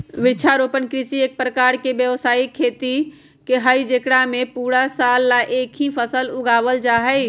वृक्षारोपण कृषि एक प्रकार के व्यावसायिक खेती हई जेकरा में पूरा साल ला एक ही फसल उगावल जाहई